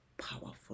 Powerful